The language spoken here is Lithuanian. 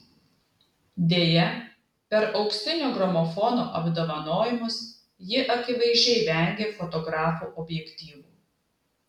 deja per auksinio gramofono apdovanojimus ji akivaizdžiai vengė fotografų objektyvų